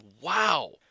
wow